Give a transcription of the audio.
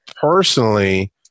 personally